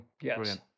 yes